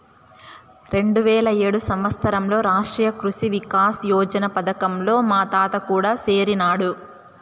రెండువేల ఏడు సంవత్సరంలో రాష్ట్రీయ కృషి వికాస్ యోజన పథకంలో మా తాత కూడా సేరినాడు